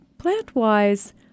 Plant-wise